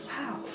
Wow